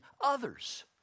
others